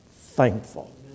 thankful